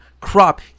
crop—